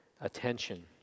attention